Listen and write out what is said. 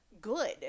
good